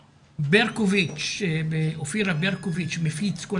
ברקוביץ' ב"אופירה וברקוביץ'" מפיץ כל